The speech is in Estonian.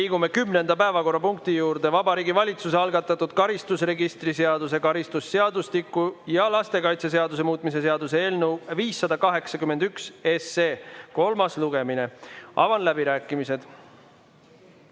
Liigume kümnenda päevakorrapunkti juurde. Vabariigi Valitsuse algatatud karistusregistri seaduse, karistusseadustiku ja lastekaitseseaduse muutmise seaduse eelnõu 581 kolmas lugemine. Avan läbirääkimised.